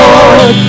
Lord